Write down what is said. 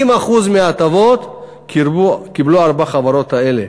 70% מההטבות קיבלו ארבע החברות האלה.